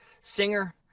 singer